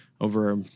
over